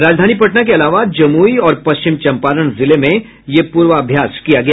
राजधानी पटना के अलावा जमुई और पश्चिम चम्पारण जिले में यह पूर्वाभ्यास किया गया